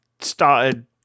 started